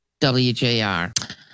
WJR